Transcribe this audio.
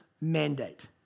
mandate